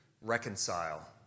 reconcile